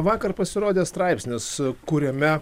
vakar pasirodė straipsnis kuriame